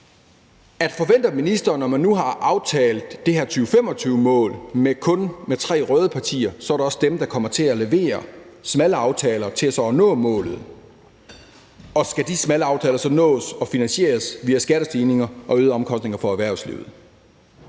forventer, at det, når man nu har aftalt det her 2025-mål med kun tre røde partier, også kun er dem, der kommer til at levere smalle aftaler til så at nå målet. Og skal de smalle aftaler så nås og finansieres via skattestigninger og øgede omkostninger for erhvervslivet?